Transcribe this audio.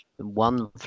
One